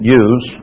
use